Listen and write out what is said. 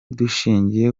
dushingiye